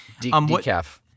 Decaf